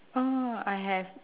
oh I have